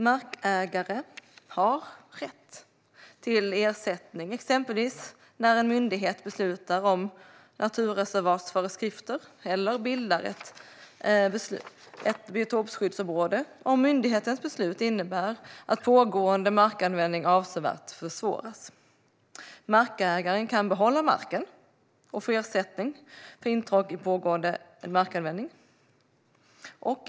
Markägare har rätt till ersättning exempelvis när en myndighet beslutar om naturreservatsföreskrifter eller bildar ett biotopskyddsområde om myndighetens beslut innebär att pågående markanvändning avsevärt försvåras. Markägaren kan behålla marken och få ersättning för intrång i pågående markanvändning.